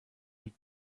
and